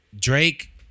Drake